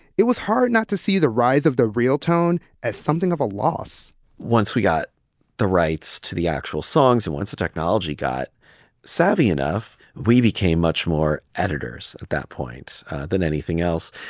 it was hard not to see the rise of the real tone as something of a loss once we got the rights to the actual songs and once the technology got savvy enough, we became much more editors at that point than anything else.